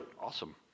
awesome